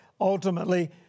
ultimately